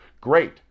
Great